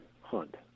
hunt